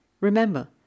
Remember